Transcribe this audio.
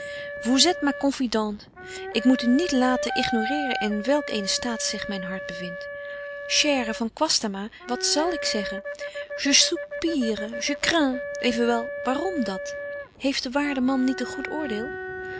étes ma confidente ik moet u niet laten betje wolff en aagje deken historie van mejuffrouw sara burgerhart ignoreeren in welk eenen staat zich myn hart bevindt chere van kwastama wat zal ik zeggen je soupire je crains evenwel waarom dat heeft de waarde man niet een goed oordeel